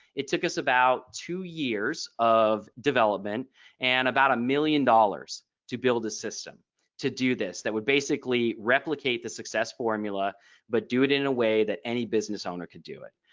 it took us about two years of development and about a million dollars to build a system to do this that would basically replicate the success formula but do it in a way that any business owner could do it.